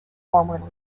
formerly